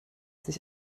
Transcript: sich